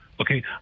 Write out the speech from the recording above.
okay